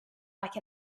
like